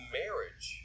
marriage